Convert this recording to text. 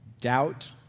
doubt